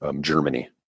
Germany